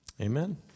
Amen